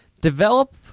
Develop